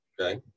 Okay